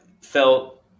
felt